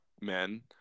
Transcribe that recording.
men